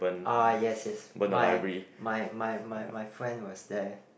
ah yes yes my my my my my friend was there